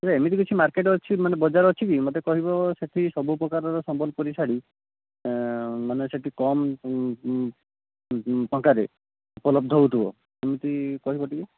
ନା ଏମିତି କିଛି ମାର୍କେଟ ଅଛି ମାନେ ବଜାର ଅଛିକି ମୋତେ କହିବ ସେହିଠି ସବୁ ପ୍ରକାରର ସମ୍ବଲପୁରୀ ଶାଢୀ ମାନେ ସେହିଠି କମ୍ ଟଙ୍କାରେ ଉପଲବ୍ଧ ହେଉଥିବ ସେମତି କହିବ ଟିକେ